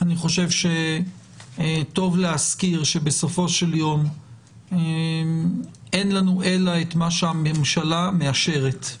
אני חושב שטוב להזכיר שבסופו של יום אין לנו אלא את מה שהממשלה מאשרת.